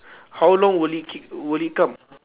how long will it c~ will it come